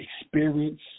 experience